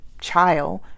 child